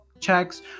checks